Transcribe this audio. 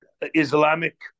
Islamic